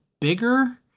bigger